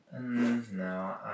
no